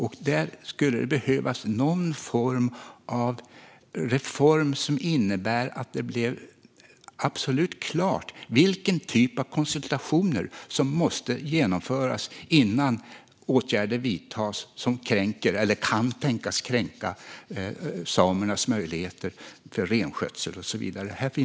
Det skulle behövas någon typ av reform som innebär att det blir absolut klart vilken typ av konsultationer som måste genomföras innan åtgärder vidtas som kränker eller kan tänkas kränka samernas möjligheter till renskötsel och så vidare.